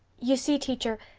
you see, teacher,